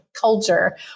culture